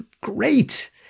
Great